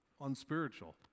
unspiritual